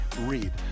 Read